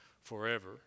forever